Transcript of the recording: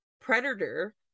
predator